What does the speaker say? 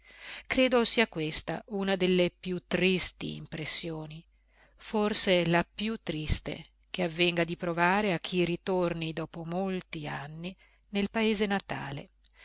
credo sia questa una delle più tristi impressioni forse la più triste che avvenga di provare a chi ritorni dopo molti anni nel paese natale